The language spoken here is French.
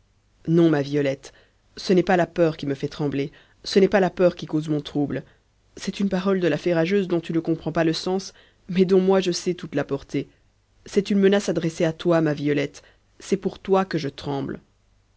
non ma violette ce n'est pas la peur qui me fait trembler ce n'est pas la peur qui cause mon trouble c'est une parole de la fée rageuse dont tu ne comprends pas le sens mais dont moi je sais toute la portée c'est une menace adressée à toi ma violette c'est pour toi que je tremble